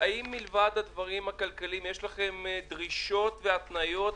האם מלבד הדברים הכלכליים, יש לכם דרישות והתניות?